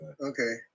Okay